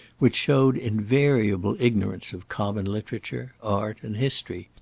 which showed invariable ignorance of common literature, art, and history.